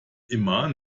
immer